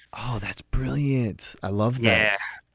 oh, that's brilliant. i love that